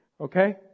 Okay